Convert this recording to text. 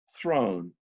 throne